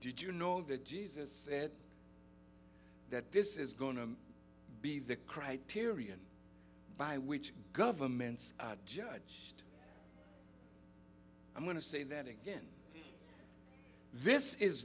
did you know that jesus said that this is going to be the criterion by which governments judge i'm going to say that again this is